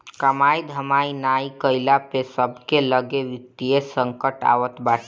कमाई धमाई नाइ कईला पअ सबके लगे वित्तीय संकट आवत बाटे